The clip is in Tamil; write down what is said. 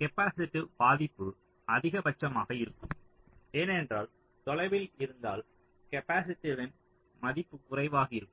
கேப்பாசிட்டிவ் பாதிப்பு அதிகபட்சமாக இருக்கும் ஏனென்றால் தொலைவில் இருந்தால் கேப்பாசிட்டிவ்வின் மதிப்பு குறைவாக இருக்கும்